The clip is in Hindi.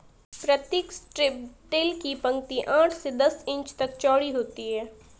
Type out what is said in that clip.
प्रतीक स्ट्रिप टिल की पंक्ति आठ से दस इंच तक चौड़ी होती है